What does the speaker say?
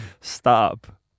stop